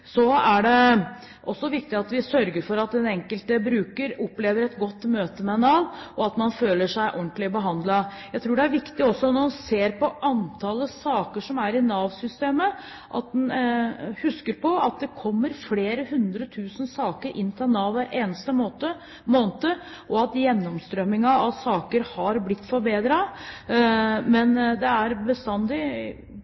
Det er også viktig at vi sørger for at den enkelte bruker opplever et godt møte med Nav, og at man føler seg ordentlig behandlet. Jeg tror også det er viktig når vi ser på antall saker i Nav-systemet, at man husker på at det kommer flere hundre tusen saker til Nav hver eneste måned. Gjennomstrømmingen av saker har blitt forbedret, men